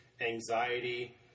anxiety